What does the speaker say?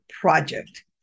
Project